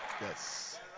Yes